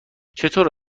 چطور